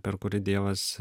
per kurį dievas